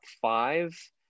five